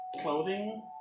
clothing